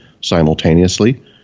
simultaneously